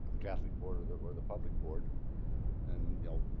the catholic board or the or the public board and, you know,